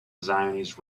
zionist